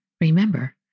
Remember